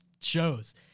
shows